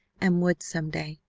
and would some day,